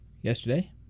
yesterday